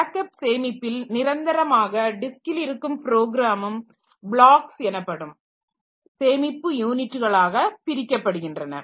backup சேமிப்பில் நிரந்தரமாக டிஸ்க்கில் இருக்கும் ப்ரோக்ராமும் ப்ளாக்ஸ் எனப்படும் சேமிப்பு யூனிட்டுகளாக பிரிக்கப்படுகின்றன